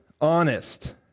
honest